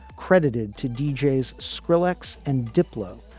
credited to deejay's skrillex and diplo,